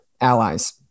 allies